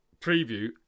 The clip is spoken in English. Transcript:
preview